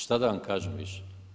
Šta da vam kažem više?